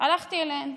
הלכתי אליהן,